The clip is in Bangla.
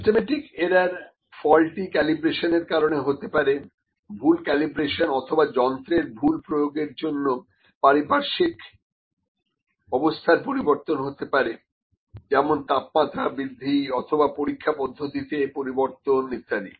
সিস্টেমেটিক এরার ফলটি ক্যালিব্রেশন এর কারণে হতে পারে ভুল ক্যালিব্রেশন অথবা যন্ত্রের ভুল প্রয়োগের জন্য পারিপার্শ্বিক অবস্থার পরিবর্তন হতে পারে যেমন তাপমাত্রা বৃদ্ধি অথবা পরীক্ষা পদ্ধতিতে পরিবর্তন ইত্যাদি